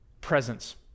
presence